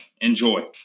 Enjoy